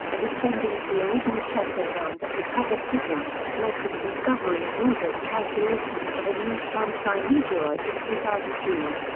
a descendant of the original czech program that recovered pribram, led to the discovery and orbit calculations for the neuschwanstein meteorite in two thousand and two.